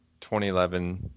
2011